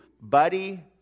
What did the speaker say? buddy